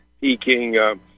Peking